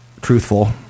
truthful